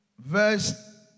Verse